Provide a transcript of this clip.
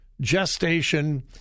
gestation